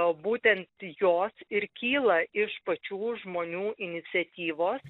būtent jos ir kyla iš pačių žmonių iniciatyvos